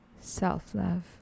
self-love